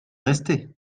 rester